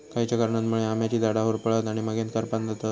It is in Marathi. खयच्या कारणांमुळे आम्याची झाडा होरपळतत आणि मगेन करपान जातत?